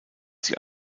sie